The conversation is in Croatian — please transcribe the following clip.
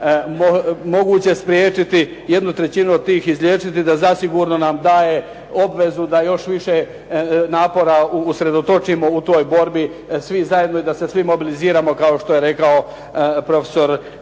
je moguće spriječiti 1/3 od tih izliječiti da zasigurno nam daje obvezu da još više napora usredotočimo u toj borbi svi zajedno i da se svi mobiliziramo kao što je rekao profesor Hebrang.